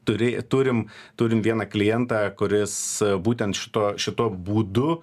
turi turim turim vieną klientą kuris būtent šituo šituo būdu